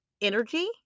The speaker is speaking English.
energy